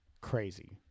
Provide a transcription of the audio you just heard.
Crazy